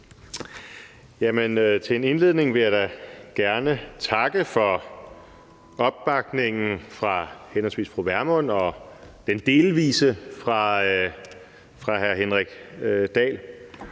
Til en indledning vil jeg da gerne takke for opbakningen fra fru Pernille Vermund og den delvise opbakning fra hr. Henrik Dahl